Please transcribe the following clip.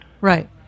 right